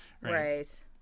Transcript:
right